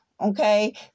okay